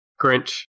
Grinch